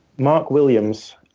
mark williams,